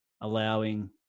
allowing